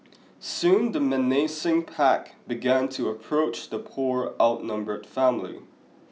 soon the menacing pack began to approach the poor outnumbered family